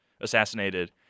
assassinated